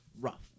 Rough